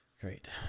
Great